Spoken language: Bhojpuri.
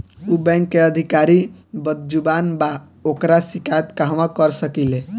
उ बैंक के अधिकारी बद्जुबान बा ओकर शिकायत कहवाँ कर सकी ले